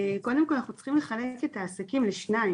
אנחנו צריכים לחלק את העסקים לשני סוגים.